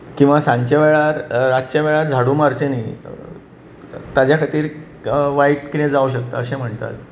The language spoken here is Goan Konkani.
किंवा साजचें वेळार रातच्या वेळार झाडू मारचें न्ही ताच्या खातीर वायट कितें जावं शकता अशें म्हणटात